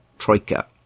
troika